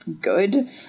good